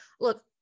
Look